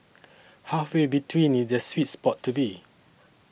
halfway between is the sweet spot to be